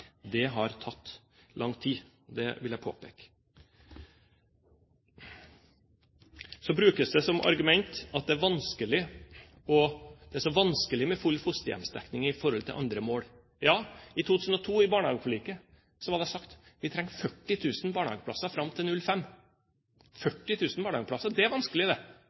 har det tatt lang tid med – det vil jeg påpeke. Så brukes det som argument at det er så vanskelig med full fosterhjemsdekning i forhold til andre mål. Ja, i barnehageforliket i 2002 ble det sagt: Vi trenger 40 000 barnehageplasser fram til 2005. 40 000 barnehageplasser – det er vanskelig, det! Det var faktisk mange ledige barnehageplasser da, akkurat som det